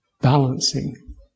balancing